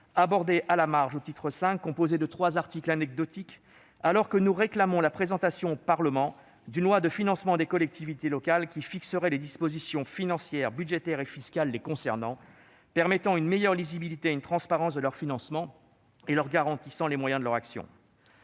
abordé à la marge au titre V, composé de trois articles anecdotiques, alors que nous réclamons la présentation au Parlement d'une loi de financement des collectivités locales qui fixerait les dispositions financières, budgétaires et fiscales les concernant, afin de permettre une meilleure lisibilité et une transparence de leur financement et de garantir les moyens de leur action.